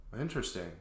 Interesting